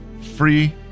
free